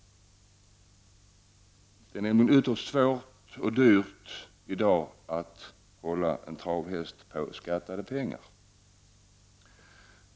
Det är nämligen ytterst svårt och dyrt att i dag hålla en travhäst på beskattade pengar.